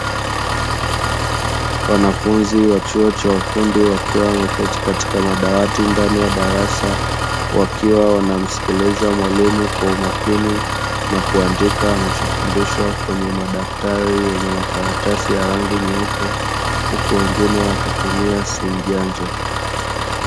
Wanafunzi wa chuo cha ufundi wakiwa wameketi katika madawati ndani ya darasa, wakiwa wanamsikiliza mwalimu kwa umakini, na kuandika wanachofundishwa kwenye madaftari yenye makaratasi ya rangi nyeupe, huku wengine wakitumia simu janja.